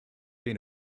been